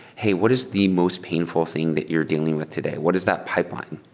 hey, what is the most painful thing that you're dealing with today? what is that pipeline?